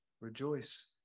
rejoice